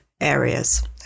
areas